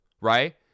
right